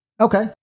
Okay